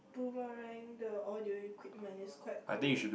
boomerang the audio equipment is quite cool